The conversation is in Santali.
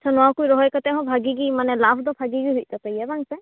ᱟᱪᱪᱷᱟ ᱱᱚᱣᱟ ᱠᱩᱡ ᱨᱚᱦᱚᱭ ᱠᱟᱛᱮ ᱦᱚᱸ ᱵᱷᱟᱜᱮ ᱜᱮ ᱢᱟᱱᱮ ᱞᱟᱵ ᱫᱚ ᱵᱷᱟᱜᱮ ᱜᱮ ᱦᱩᱭᱩᱜ ᱛᱟᱯᱮᱜᱮᱭᱟ ᱵᱟᱝ ᱥᱮ